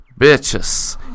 Bitches